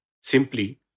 simply